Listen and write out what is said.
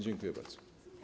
Dziękuję bardzo.